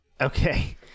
Okay